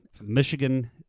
Michigan